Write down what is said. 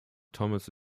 thomas